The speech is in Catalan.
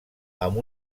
amb